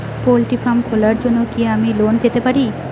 Poultry farm খোলার জন্য কি আমি লোন পেতে পারি?